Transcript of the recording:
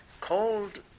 called